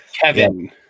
Kevin